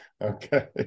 Okay